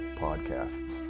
podcasts